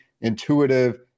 intuitive